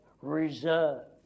reserved